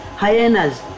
Hyenas